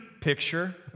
picture